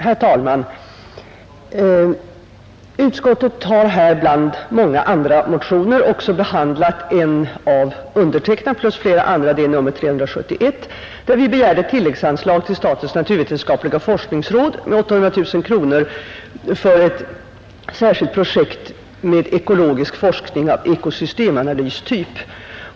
Herr talman! Utbildningsutskottet har bland många andra motioner också behandlat motionen 371, som några kammarkamrater och jag har väckt och i vilken vi begärt ett tilläggsanslag till statens naturvetenskapliga forskningsråd på 800 000 kronor för ett särskilt projekt för ekologisk forskning av ekosystemanalystyp.